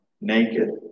naked